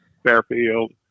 Fairfield